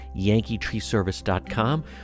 yankeetreeservice.com